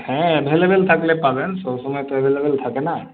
হ্যাঁ অ্যাভেলেবেল থাকলে পাবেন সবসময় তো অ্যাভেলেবেল থাকে না